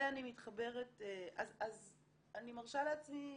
אז אני מרשה לעצמי